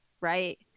right